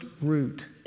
root